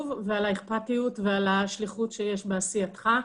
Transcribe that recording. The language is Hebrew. ועל האכפתיות ועל השליחות שיש בעשייתך.